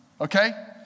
okay